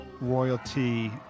royalty